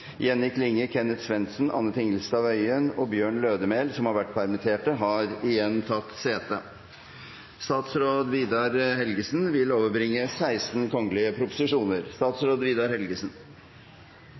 Jenny Klinge, Kenneth Svendsen, Anne Tingelstad Wøien og Bjørn Lødemel, som har vært permittert, har igjen tatt sete. Representanten Iselin Nybø vil